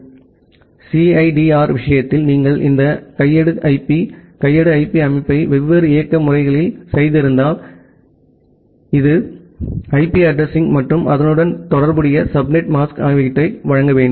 எனவே சிஐடிஆர் விஷயத்தில் நீங்கள் இந்த கையேடு ஐபி கையேடு ஐபி அமைப்பை வெவ்வேறு இயக்க முறைமைகளில் செய்திருந்தால் எனவே நீங்கள் ஐபி அட்ரஸிங் மற்றும் அதனுடன் தொடர்புடைய சப்நெட் மாஸ்க் ஆகியவற்றை வழங்க வேண்டும்